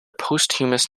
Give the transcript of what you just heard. posthumous